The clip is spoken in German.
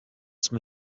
zum